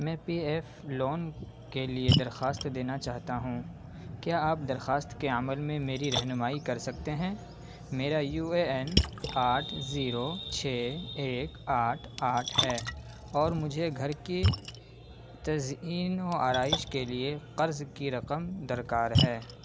میں P F loan کے لیے درخواست دینا چاہتا ہوں کیا آپ درخواست کے عمل میں میری رہنمائی کر سکتے ہیں میرا یو اے این آٹھ زیرو چھ ایک آٹھ آٹھ ہے اور مجھے گھر کی تزئین و آرائش کے لیے قرض کی رقم درکار ہے